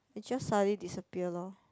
it just suddenly disappear lor